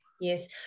Yes